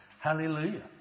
Hallelujah